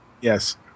Yes